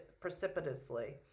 precipitously